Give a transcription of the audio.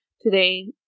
today